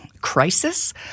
crisis